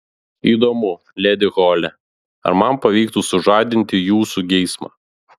įdomu ledi hole ar man pavyktų sužadinti jūsų geismą